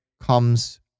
comes